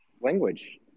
language